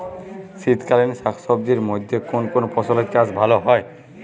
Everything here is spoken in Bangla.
শীতকালীন শাকসবজির মধ্যে কোন কোন ফসলের চাষ ভালো হয়?